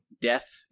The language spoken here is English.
Death